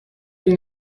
این